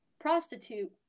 prostitute